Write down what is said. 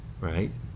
right